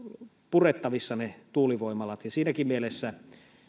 ne tuulivoimalat ovat purettavissa siinäkään mielessä